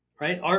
Right